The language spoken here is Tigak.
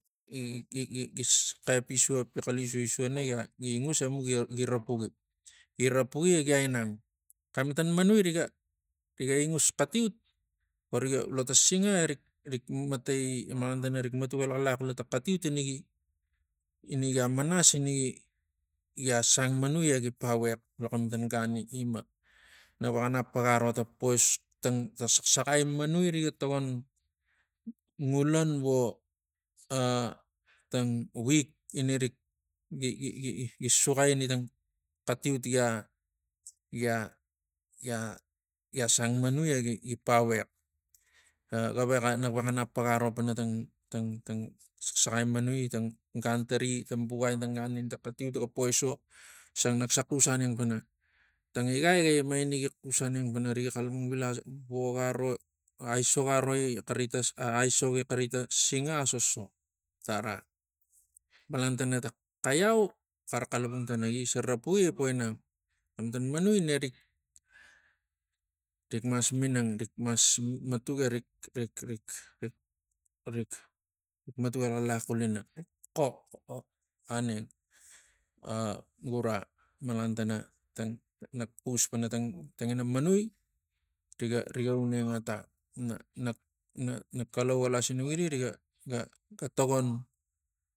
Gi- gi- gi xep isau isau na gi ingus emuk gi rapugi emuk gia inang xematan manui riga riga ingus xatiut lo ta singa erik matai malantana rik matuk elaxlax xula tang xatiut inagi ingaga manas ingi gia sang manui egi paviax lo xamatan gan gima navexa nap paga aro ta pois tang sax saxai manui riga togon ngulanvo ah tang wek inarik gi- gi- gi paviaxah geveka nak veka paga aro panatang tang tang saxsaxai manui tang gan tari tang buka ina tang gan tang xatiut ga poiso kisang nek se xus aneng pana tang igai ga ima inakus aneng pana riga xalapang vila roga ro aisok aroi kari aisok kari tang singpa asoso tana malantana tang xaiau kara kalapang pana gise ropuk egipo inang. xamaatan manui nerik mas rik mas matuk erik erik erik matuk elaxlar xulina xok oh aneng ah gura malan tang tangina manui riga unengata na- na- na kalau ga lasinukiri riga ga ga tagon